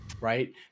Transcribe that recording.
right